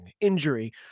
injury